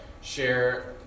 share